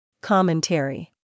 Commentary